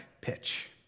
pitch